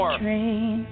train